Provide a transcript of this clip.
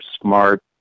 Smart